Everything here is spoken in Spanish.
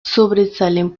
sobresalen